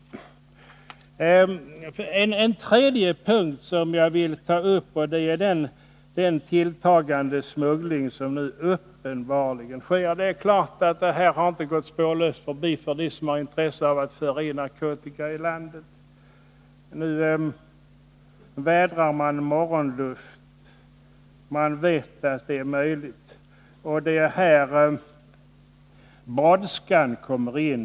En tredje punkt som jag vill ta upp är den tilltagande smuggling som nu uppenbarligen sker. Det är klart att JO:s tolkning inte har gått dem spårlöst förbi som har intresse av att föra in narkotika i landet. Nu vädrar de morgonluft — de vet att smuggling är möjlig. Det är här brådskan kommer in.